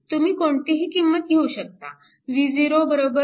तुम्ही कोणतीही किंमत घेऊ शकता V0 0